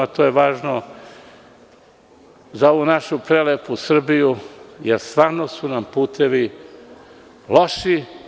To je važno za ovu našu prelepu Srbiju, jer stvarno su nam putevi loši.